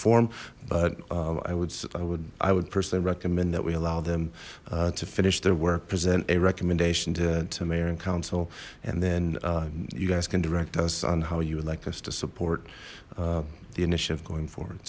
form but i would i would i would personally recommend that we allow them to finish their work present a recommendation to mayor and council and then you guys can direct us on how you would like us to support the initiative going for